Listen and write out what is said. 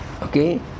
Okay